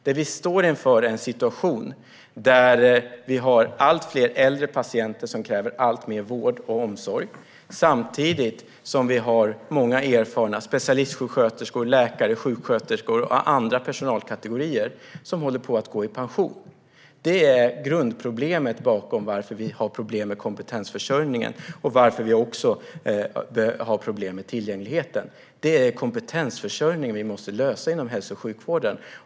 Det vi står inför är en situation där vi har allt fler äldre patienter som kräver alltmer vård och omsorg, samtidigt som många erfarna specialistsjuksköterskor, läkare, sjuksköterskor och personer ur andra personalkategorier håller på att gå i pension. Det är grundproblemet bakom våra problem med kompetensförsörjningen och våra problem med tillgängligheten. Det är kompetensförsörjningen vi måste lösa inom hälso och sjukvården.